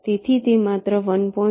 તેથી તે માત્ર 1